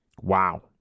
Wow